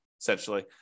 essentially